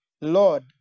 Lord